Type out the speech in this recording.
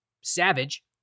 savage